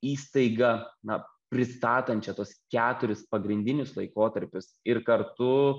įstaigą na pristatančią tuos keturis pagrindinius laikotarpius ir kartu